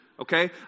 okay